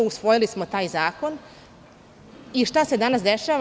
Usvojili smo taj zakon i šta se danas dešava?